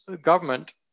government